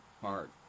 hard